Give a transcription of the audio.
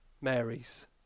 Mary's